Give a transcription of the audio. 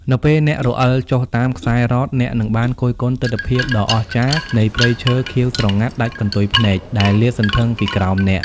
នៅពេលអ្នករអិលចុះតាមខ្សែរ៉ក អ្នកនឹងបានគយគន់ទិដ្ឋភាពដ៏អស្ចារ្យនៃព្រៃឈើខៀវស្រងាត់ដាច់កន្ទុយភ្នែកដែលលាតសន្ធឹងពីក្រោមអ្នក។